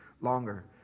longer